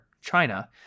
China